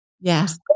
Yes